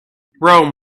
rome